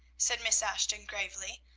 said miss ashton gravely.